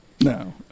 No